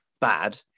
bad